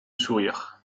sourire